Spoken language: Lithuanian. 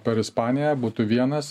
per ispaniją būtų vienas